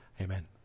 Amen